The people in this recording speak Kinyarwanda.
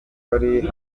ari